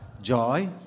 Joy